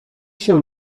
się